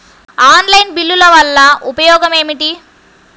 Online బిల్లుల వల్ల ఉపయోగమేమిటీ?